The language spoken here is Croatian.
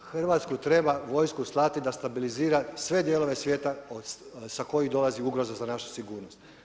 Hrvatsku treba vojsku slati da stabilizira sve dijelove svijeta sa kojih dolazi ugroza za našu sigurnost.